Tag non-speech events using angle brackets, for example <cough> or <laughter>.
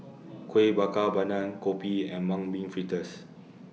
<noise> Kuih Bakar Pandan Kopi and Mung Bean Fritters